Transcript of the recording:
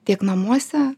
tiek namuose